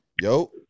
Yo